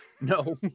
No